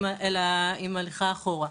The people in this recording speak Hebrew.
אלא עם הליכה אחורה.